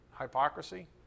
Hypocrisy